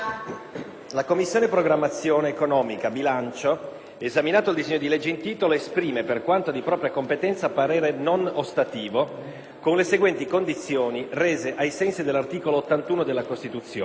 «La Commissione programmazione economica, bilancio, esaminato il disegno di legge in titolo, esprime, per quanto di propria competenza, parere non ostativo, con le seguenti condizioni, rese ai sensi dell'articolo 81 della Costituzione: